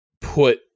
put